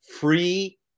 free